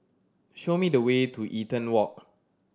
show me the way to Eaton Walk